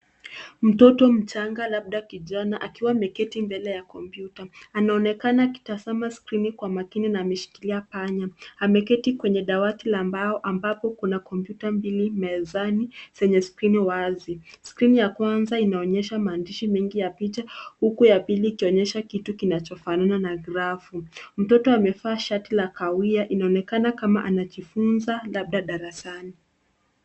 Mtoto mchanga labda kijana akiwa ameketi mbele ya kompyuta. Anaonekana akitazama skrini kwa makini na ameshikilia panya. Ameketi kwenye dawati la mbao ambapo kuna kompyuta mbili mezani zenye skrini wazi. Skrini ya kwanza inaonyesha maandishi mengi ya picha huku ya pili ikionyesha kitu kinachofanana na grafu. Mtoto amevaa shati la kahawia inaonekana kama anajifunza labda darasani.